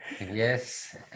yes